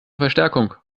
verstärkung